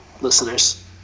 listeners